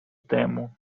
тему